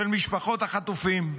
של משפחות החטופים,